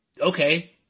okay